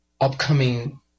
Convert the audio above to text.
upcoming